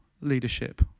leadership